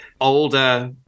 older